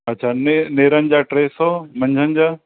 अच्छा ने नेरनि जा टे सौ मंझंदि जा